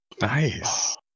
Nice